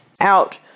out